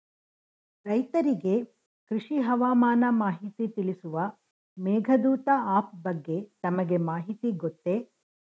ರೈತರಿಗೆ ಕೃಷಿ ಹವಾಮಾನ ಮಾಹಿತಿ ತಿಳಿಸುವ ಮೇಘದೂತ ಆಪ್ ಬಗ್ಗೆ ತಮಗೆ ಮಾಹಿತಿ ಗೊತ್ತೇ?